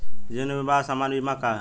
जीवन बीमा आ सामान्य बीमा का ह?